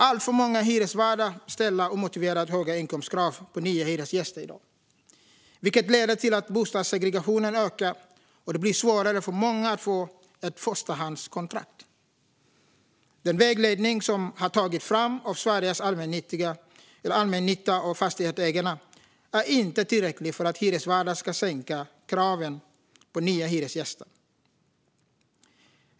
Alltför många hyresvärdar ställer i dag omotiverat höga inkomstkrav på nya hyresgäster, vilket leder till att bostadssegregationen ökar och att det blir svårare för många att få ett förstahandskontrakt. Den vägledning som har tagits fram av Sveriges Allmännytta och Fastighetsägarna är inte tillräcklig för att hyresvärdar ska sänka kraven på nya hyresgäster.